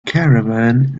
caravan